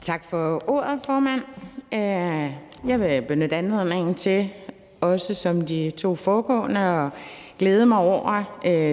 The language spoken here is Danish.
Tak for ordet, formand. Jeg vil som de to foregående også benytte anledningen til at glæde mig over